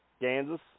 Kansas